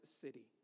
city